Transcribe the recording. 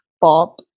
pop